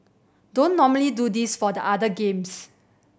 don't normally do this for the other games